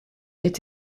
est